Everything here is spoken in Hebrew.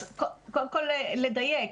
אז קודם כל לדייק,